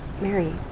Mary